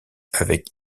avec